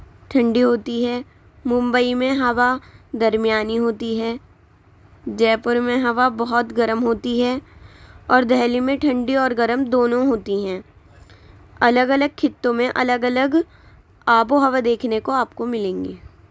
ٹھنڈی ہوتی ہے ممبئی میں ہوا درمیانی ہوتی ہے جے پور میں ہوا بہت گرم ہوتی ہے اور دہلی میں ٹھنڈی اور گرم دونوں ہوتی ہیں الگ الگ خطوں میں الگ الگ آب و ہوا دیکھنے کو آپ کو ملیں گی